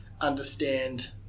understand